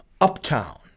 uptown